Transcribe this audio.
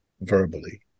verbally